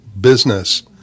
business